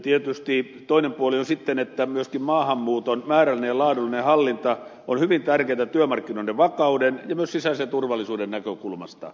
tietysti toinen puoli on sitten että myöskin maahanmuuton määrällinen ja laadullinen hallinta on hyvin tärkeätä työmarkkinoiden vakauden ja myös sisäisen turvallisuuden näkökulmasta